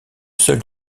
seul